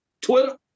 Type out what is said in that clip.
twitter